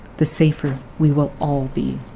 the safer we will all be.